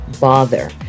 bother